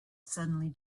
suddenly